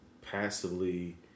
passively